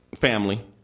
family